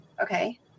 Okay